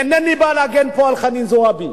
אינני בא להגן פה על חנין זועבי,